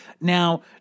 Now